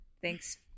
thanks